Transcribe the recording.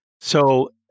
So-